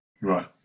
Right